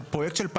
זה פרויקט של,